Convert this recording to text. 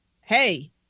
Hey